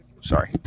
sorry